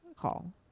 call